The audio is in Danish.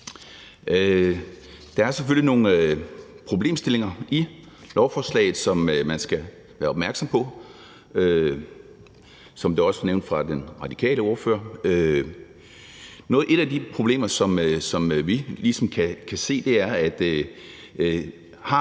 Der er selvfølgelig nogle problemstillinger i lovforslaget, som man skal være opmærksom på, som det også blev nævnt af den radikale ordfører. Et af de problemer, som vi kan se, er, om